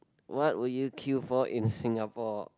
what would you queue for in Singapore